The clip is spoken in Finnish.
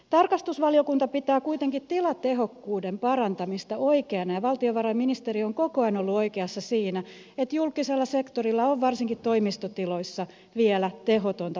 tarkastusvaliokunta pitää kuitenkin tilatehokkuuden parantamista oikeana ja valtiovarainministeriö on koko ajan ollut oikeassa siinä että julkisella sektorilla on varsinkin toimistotiloissa vielä tehotonta tilankäyttöä